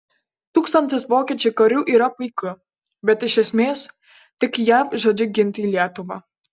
tūkstantis vokiečių karių yra puiku bet iš esmės tik jav žodžiu ginti lietuvą